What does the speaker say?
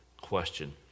question